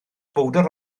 bowdr